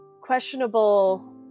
questionable